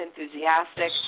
enthusiastic